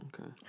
okay